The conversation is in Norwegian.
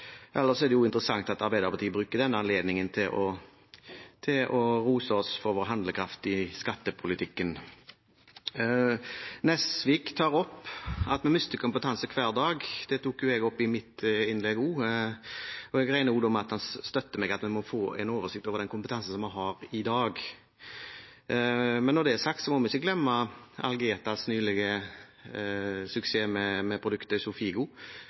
Ellers er det interessant at Arbeiderpartiet bruker denne anledningen til å rose oss for vår handlekraft i skattepolitikken. Nesvik tok opp at vi mister kompetanse hver dag. Det tok jeg opp i mitt innlegg også. Jeg regner da med at han støtter meg i at vi må få en oversikt over den kompetansen vi har i dag. Når det er sagt, må vi ikke glemme Algetas nylige suksess med produktet